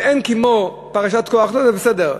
אין כמו פרשת קורח, לא, זה בסדר.